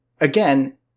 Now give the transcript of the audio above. again